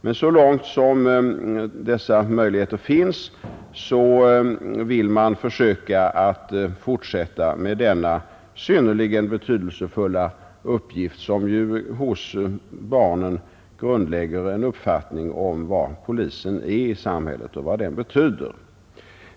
Men så långt möjligheter finns vill man försöka att fortsätta med denna synnerligen betydelsefulla uppgift, som ju hos barnen grundlägger en uppfattning om vad polisen är i samhället och vad den betyder.